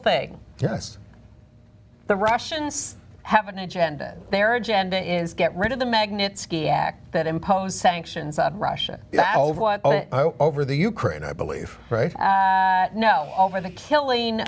thing yes the russians have an agenda their agenda is get rid of the magnitsky act that imposed sanctions on russia over the ukraine i believe right now over the kill